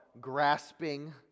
grasping